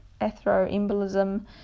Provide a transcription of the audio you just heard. atheroembolism